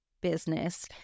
business